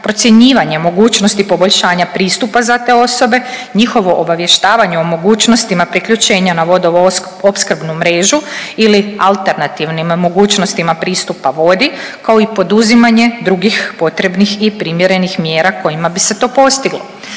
procjenjivanje mogućnosti poboljšanja pristupa za te osobe, njihovo obavještavanje o mogućnostima priključenja na vodoopskrbnu mrežu ili alternativnim mogućnostima pristupa vodi kao i poduzimanje drugih potrebnih i primjerenih mjera kojima bi se to postiglo.